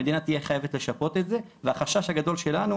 המדינה תהיה חייבת לשפות את זה והחשש הגדול שלנו,